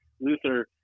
Luther